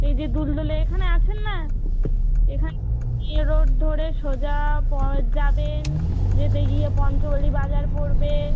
এই যে দুলদুলের এখানে আছেন না এখান মেন রোড ধরে সোজা পথ যাবেন যেতে গিয়ে পঞ্চগলি বাজার পড়বে